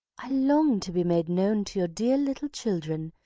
i long to be made known to your dear little children,